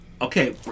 Okay